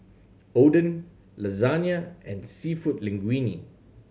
Oden Lasagne and Seafood Linguine